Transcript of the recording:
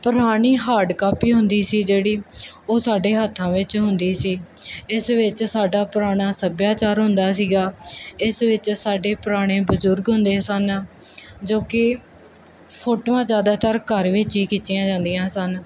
ਪੁਰਾਣੀ hard copy ਹੁੰਦੀ ਸੀ ਜਿਹੜੀ ਉਹ ਸਾਡੇ ਹੱਥਾਂ ਵਿੱਚ ਹੁੰਦੀ ਸੀ ਇਸ ਵਿੱਚ ਸਾਡਾ ਪੁਰਾਣਾ ਸੱਭਿਆਚਾਰ ਹੁੰਦਾ ਸੀਗਾ ਇਸ ਵਿੱਚ ਸਾਡੇ ਪੁਰਾਣੇ ਬਜ਼ੁਰਗ ਹੁੰਦੇ ਸਨ ਜੋ ਕਿ ਫੋਟੋਆਂ ਜ਼ਿਆਦਾਤਰ ਘਰ ਵਿੱਚ ਹੀ ਖਿੱਚੀਆਂ ਜਾਂਦੀਆਂ ਸਨ